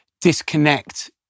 disconnect